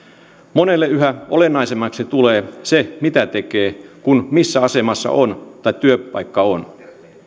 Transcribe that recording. monelle yhä olennaisemmaksi tulee se mitä tekee kuin se missä asemassa on tai missä työpaikka on